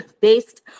based